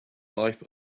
life